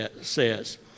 says